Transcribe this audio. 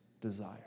desire